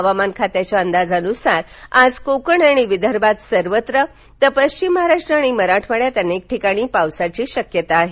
हवामनाखात्याच्या अंदाजानुसार आज कोकण आणि विदर्भात सर्वत्र तर पश्चिम महाराष्ट्र आणि मराठवाड्यात अनेक ठिकाणी पावसाची शक्यता आहे